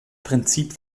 prinzip